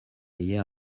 year